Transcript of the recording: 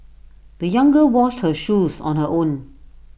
the young girl washed her shoes on her own